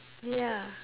ya